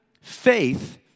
faith